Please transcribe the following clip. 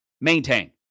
maintain